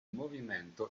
movimento